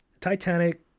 Titanic